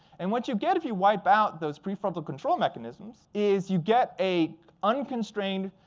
and what you get if you wipe out those prefrontal control mechanisms is you get a unconstrained,